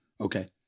Okay